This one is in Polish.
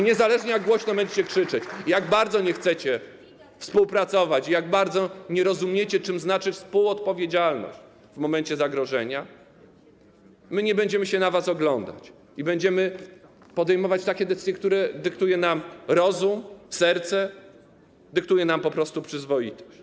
Niezależnie od tego, jak głośno będziecie krzyczeć, jak bardzo nie chcecie współpracować, jak bardzo nie rozumiecie, co znaczy współodpowiedzialność w momencie zagrożenia, my nie będziemy się na was oglądać i będziemy podejmować decyzje, które dyktuje nam rozum, serce, dyktuje nam po prostu przyzwoitość.